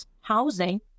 housing